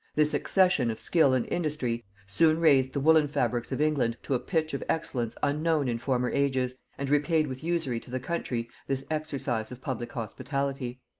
this accession of skill and industry soon raised the woollen fabrics of england to a pitch of excellence unknown in former ages, and repaid with usury to the country this exercise of public hospitality.